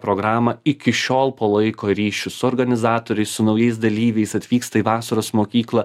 programą iki šiol palaiko ryšius su organizatoriais su naujais dalyviais atvyksta į vasaros mokyklą